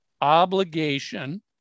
obligation